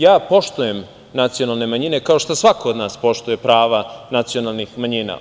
Ja poštujem nacionalne manjine, kao što svako od nas poštuje prava nacionalnih manjina.